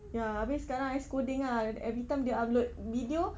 ya habis sekarang I scolding ah everytime they upload video